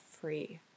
free